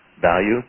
value